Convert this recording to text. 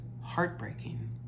heartbreaking